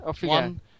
One